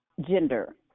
gender